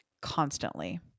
Constantly